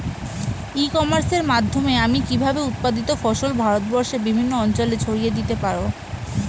ই কমার্সের মাধ্যমে আমি কিভাবে উৎপাদিত ফসল ভারতবর্ষে বিভিন্ন অঞ্চলে ছড়িয়ে দিতে পারো?